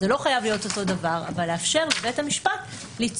זה לא חייב להיות אותו הדבר אבל לאפשר לבית המשפט ליצוק